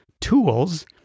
tools